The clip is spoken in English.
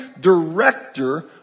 director